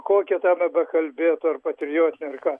kokia tema bekalbėtų ar patriotine ar ką